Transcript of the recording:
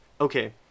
okay